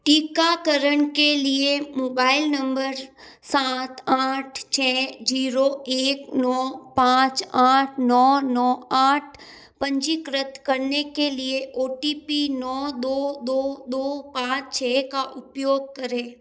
टीकाकरण के लिए मोबाइल नम्बर सात आठ छः ज़ीरो एक नौ पाँच आठ नौ नौ आठ पंजीकृत करने के लिए ओ टी पी नौ दो दो दो पाँच छः का उपयोग करें